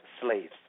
slaves